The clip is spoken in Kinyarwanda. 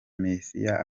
mesiya